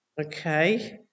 Okay